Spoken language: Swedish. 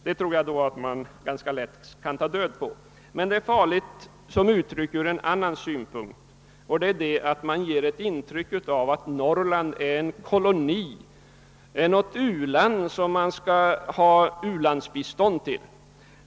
Jag tror emellertid att man ganska lätt kan ta död på en sådan uppfattning, men uttrycket är farligt ur en annan syn punkt; man ger ett intryck av att Norrland är en koloni, ett u-land som man skall lämna bistånd till.